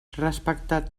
respectar